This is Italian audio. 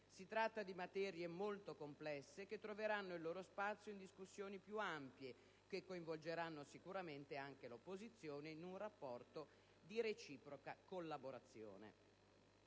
Si tratta di materie molto complesse che troveranno il loro spazio in discussioni più ampie, che coinvolgeranno sicuramente anche l'opposizione in un rapporto di reciproca collaborazione.